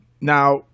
Now